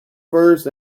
first